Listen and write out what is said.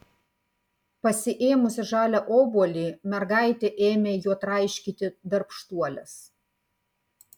pasiėmusi žalią obuolį mergaitė ėmė juo traiškyti darbštuoles